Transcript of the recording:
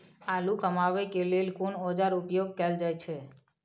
आलू कमाबै के लेल कोन औाजार उपयोग कैल जाय छै?